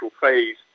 phase